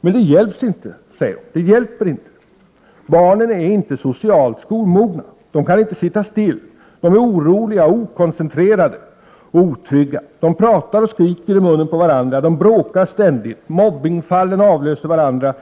Men det hjälper inte, säger hon. Barnen är inte socialt skolmogna. De kan inte sitta still. De är oroliga, okoncentrerade och otrygga. De pratar och skriker i munnen på varandra. De bråkar ständigt. Mobbningfallen avlöser varandra.